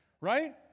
right